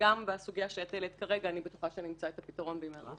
וגם בסוגיה שאת העלית כרגע אני בטוחה שנמצא את הפתרון במהרה.